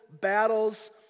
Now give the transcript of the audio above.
battles